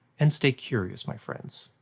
and stay curious, my friends.